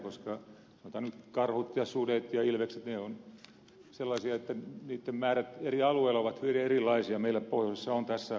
sanotaan nyt karhut sudet ja ilvekset niiden määrät eri alueilla ovat hyvin erilaisia meillä pohjoisessa on tässä suhteessa suurta huolta